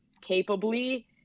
capably